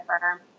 firm